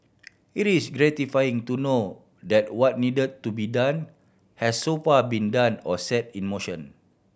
it is gratifying to know that what need to be done has so far been done or set in motion